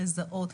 לזהות,